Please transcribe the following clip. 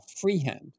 freehand